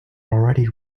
already